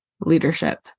leadership